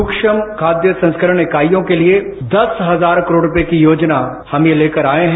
सूक्ष्म खाद्य संस्करण इकाइयों के लिये दस हजार करोड़ रुपये की योजना हम ये लेकर आये हैं